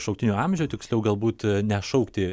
šauktinių amžių tiksliau galbūt nešaukti